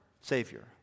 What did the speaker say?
Savior